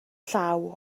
llaw